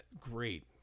Great